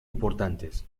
importantes